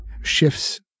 shifts